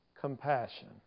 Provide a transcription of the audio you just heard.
compassion